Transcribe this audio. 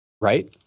Right